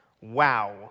Wow